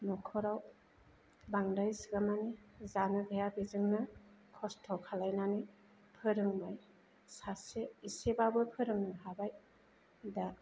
न'खराव बांद्राय इसिग्राबमानि जानो गैया बेजोंनो खस्थ' खालायनानै फोरोंदों सासे एसेबाबो फोरोंनो हाबाय दा